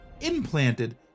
implanted